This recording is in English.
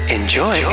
Enjoy